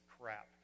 crap